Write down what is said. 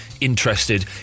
interested